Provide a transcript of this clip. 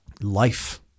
life